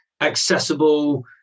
accessible